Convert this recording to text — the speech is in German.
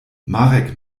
marek